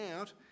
out